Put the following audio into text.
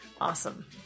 Awesome